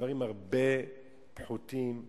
בדברים פחותים בהרבה,